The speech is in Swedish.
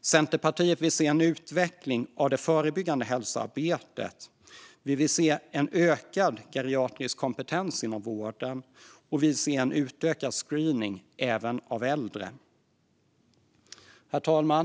Centerpartiet vill se en utveckling av det förebyggande hälsoarbetet. Vi vill se en ökad geriatrisk kompetens inom vården. Vi vill också se en utökad screening - även av äldre. Herr talman!